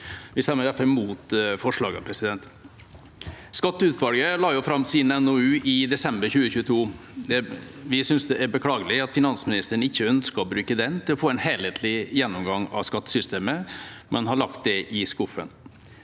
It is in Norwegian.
Vi stemmer derfor imot forslagene. Skatteutvalget la fram sin NOU i desember 2022. Vi synes det er beklagelig at finansministeren ikke ønsker å bruke den til å få en helhetlig gjennomgang av skattesystemet, men har lagt den i skuffen.